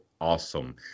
awesome